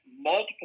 multiple